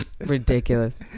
ridiculous